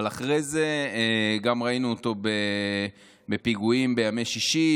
אבל אחר כך גם ראינו אותו בפיגועים בימי שישי,